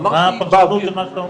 אז מה הפרשנות למה שאתה אומר?